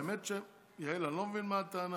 האמת, יעל, אני לא מבין מה הטענה,